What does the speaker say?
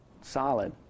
solid